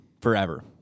Forever